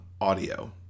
audio